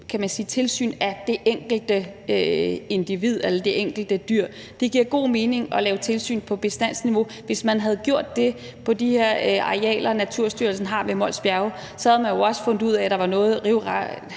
kan man sige, tilsyn med det enkelte individ eller det enkelte dyr. Det giver god mening at lave tilsyn på bestandsniveau. Hvis man havde gjort det på de her arealer, Naturstyrelsen har ved Mols Bjerge, så havde man jo også fundet ud af, at der var noget helt